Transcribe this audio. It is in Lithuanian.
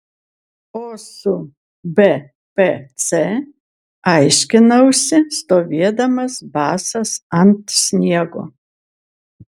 o su bpc aiškinausi stovėdamas basas ant sniego